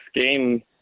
game